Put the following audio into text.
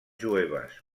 jueves